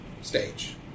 stage